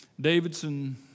Davidson